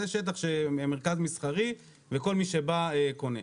זה שטח של מרכז מסחרי וכל מי שבא קונה,